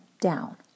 down